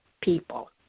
people